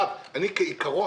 לא משתלבים,